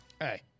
Hey